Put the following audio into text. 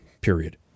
period